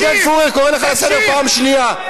עודד פורר, אני קורא אותך לסדר פעם שנייה.